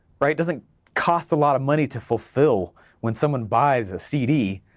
right, it doesn't cost a lot of money to fulfill when someone buys a cd,